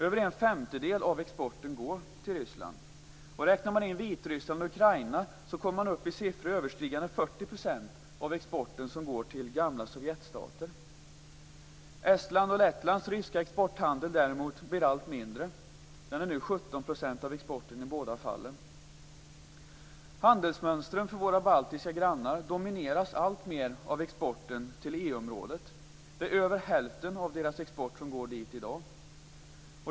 Över en femtedel av exporten går till Ryssland. Räknar man in Vitryssland och Ukraina kommer man upp i siffror överstigande Estlands och Lettlands ryska exporthandel blir däremot allt mindre. Den är nu 17 % av exporten i båda fallen. Handelsmönstren för våra baltiska grannar domineras alltmer av exporten till EU-området. Över hälften av deras export går dit i dag.